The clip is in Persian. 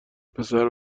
پسر